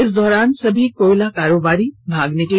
इस दौरान सभी कोयला कारोबारी भाग निकले